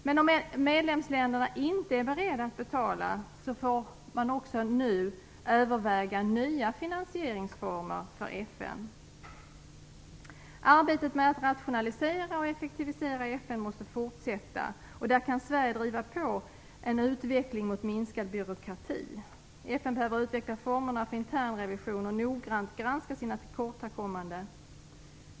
Men om medlemsländerna inte är beredda att betala, bör man också nu överväga nya finansieringsformer för FN. Arbetet med att rationalisera och effektivisera FN måste fortsätta, och där kan Sverige driva på en utveckling mot minskad byråkrati. FN behöver utveckla formerna för internrevision och noggrannt granska sina tillkortakommanden.